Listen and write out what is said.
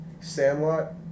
Sandlot